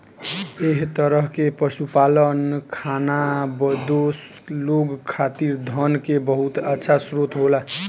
एह तरह के पशुपालन खानाबदोश लोग खातिर धन के बहुत अच्छा स्रोत होला